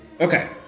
Okay